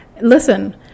Listen